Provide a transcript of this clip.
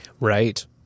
Right